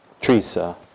Teresa